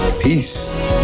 Peace